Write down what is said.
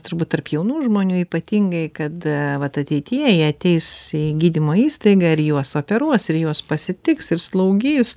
turbūt tarp jaunų žmonių ypatingai kad vat ateityje jie ateis į gydymo įstaigą ir juos operuos ir juos pasitiks ir slaugys